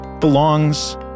belongs